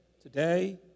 today